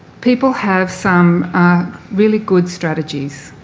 people have some really good strategies,